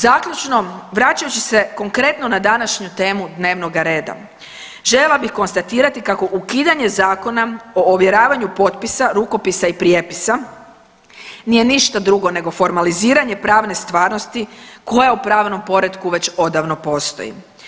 Zaključno, vraćajući se konkretno na današnju temu dnevnoga reda željela bi konstatirati kako ukidanje Zakona o ovjeravanju potpisa, rukopisa i prijepisa nije ništa drugo nego formaliziranje pravne stvarnosti koja u pravnom poretku već odavno postoji.